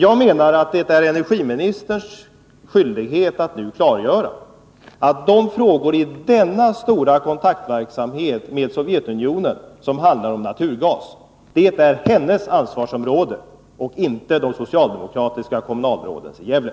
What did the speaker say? Jag menar att det är energiministerns skyldighet att nu klargöra att åtminstone de frågor i denna stora kontaktverksamhet gentemot Sovjetunionen som handlar om naturgas hör till hennes ansvarsområde och inte till ansvarsområdet för de socialdemokratiska kommunalråden i Gävle.